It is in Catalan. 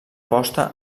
posta